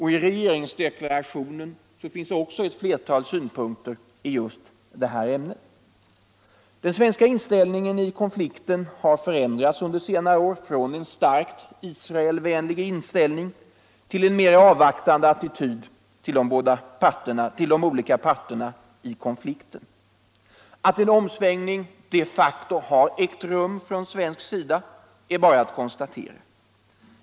I regeringsdeklarationen finns också ett flertal synpunkter i just detta ämne. Den svenska inställningen till konflikten har förändrats under senare år, från en starkt Israelvänlig inställning till en mer avvaktande attityd till de olika parterna i konflikten. Att en omsvängning de facto har ägt rum från svensk sida är bara att konstatera.